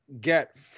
get